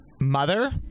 mother